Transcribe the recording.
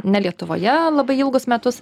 ne lietuvoje labai ilgus metus